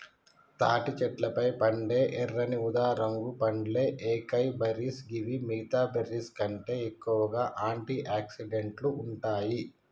తాటి చెట్లపై పండే ఎర్రని ఊదారంగు పండ్లే ఏకైబెర్రీస్ గివి మిగితా బెర్రీస్కంటే ఎక్కువగా ఆంటి ఆక్సిడెంట్లు ఉంటాయి